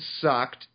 sucked